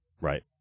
Right